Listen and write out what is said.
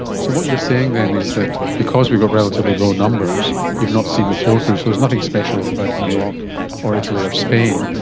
so what you're saying then is that because we've got relatively low numbers, you've not seen the flow through, so there's nothing special about new york or italy or spain,